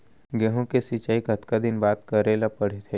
गेहूँ के सिंचाई कतका दिन बाद करे ला पड़थे?